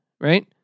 right